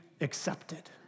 accepted